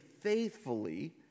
faithfully